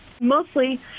Mostly